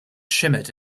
shimmered